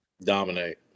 Dominate